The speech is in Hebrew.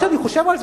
כשאני חושב על זה,